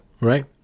Right